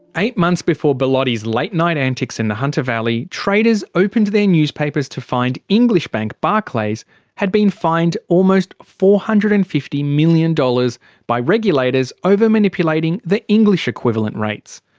eight months before bellotti's late night antics in the hunter valley, traders opened their newspapers to find english bank barclays had been fined almost four hundred and fifty million dollars by regulators over manipulating the english equivalent rates.